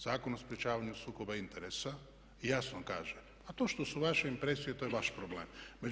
Zakon o sprječavanju sukoba interesa jasno kaže, a to što su vaše impresije to je vaš problem.